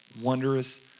wondrous